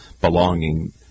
belonging